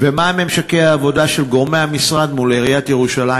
5. מה הם ממשקי העבודה של גורמי המשרד מול עיריית ירושלים?